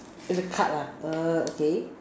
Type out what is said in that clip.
the card lah err okay